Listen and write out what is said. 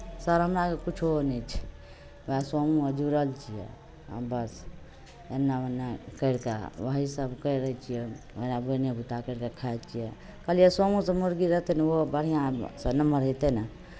sir हमरा अरके किछो नहि छै उएह समूहमे जुड़ल छियै बस एन्नऽ ओन्नऽ करि कऽ ओही सभ करै छियै ओहिना बोनिए बुत्ता करि कऽ खाइ छियै कहलियै समूहसँ मुर्गी देतै ने ओहो बढ़िआँसँ नमहर होइतै ने